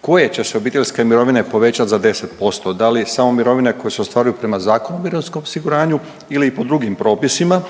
koje će se obiteljske mirovine povećat za 10%, da li samo mirovine koje se ostvaruju prema Zakonu o mirovinskom osiguranju ili po drugim propisima